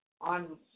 on